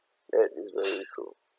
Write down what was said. that is very true